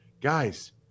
Guys